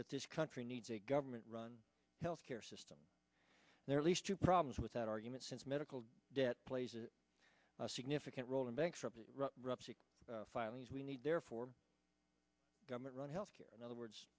that this country needs a government run health care system there at least two problems with that argument since medical debt plays a significant role in banks ruptured filings we need therefore government run health care and other words